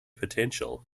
potential